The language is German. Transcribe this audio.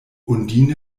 undine